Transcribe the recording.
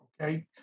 okay